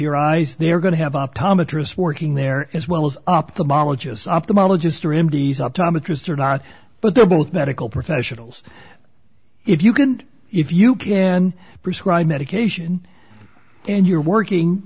your eyes they're going to have optometrist working there as well as ophthalmologist ophthalmologist or m d s optometrist or not but they're both medical professionals if you can if you can prescribe medication and you're working